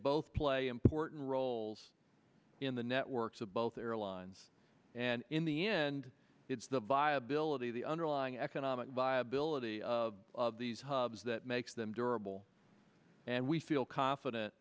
both play important roles in the networks of both airlines and in the end it's the viability of the underlying economic viability of these hubs that makes them durable and we feel confident